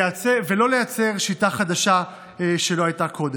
ולא לייצר שיטה חדשה שלא הייתה קודם.